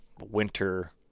winter